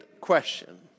question